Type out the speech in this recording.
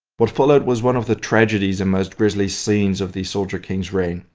what followed was one of the tragedies and most grizzly scenes of the soldier king's reign.